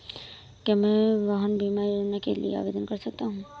क्या मैं वाहन बीमा योजना के लिए आवेदन कर सकता हूँ?